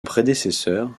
prédécesseur